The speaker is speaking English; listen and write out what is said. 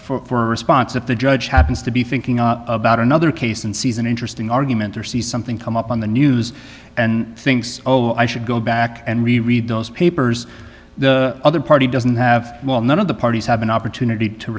reason for a response if the judge happens to be thinking on about another case and sees an interesting argument or sees something come up on the news and thinks oh i should go back and re read those papers the other party doesn't have well none of the parties have an opportunity to